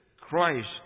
Christ